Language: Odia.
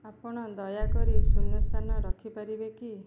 ଆପଣ ଦୟାକରି ଶୂନ୍ୟସ୍ଥାନ ରଖିପାରିବେ କି